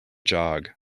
jog